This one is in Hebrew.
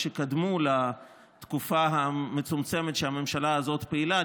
שקדמו לתקופה המצומצמת שהממשלה הזאת פעילה.